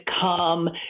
come